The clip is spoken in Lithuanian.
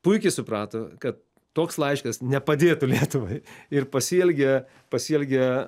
puikiai suprato kad toks laiškas nepadėtų lietuvai ir pasielgė pasielgė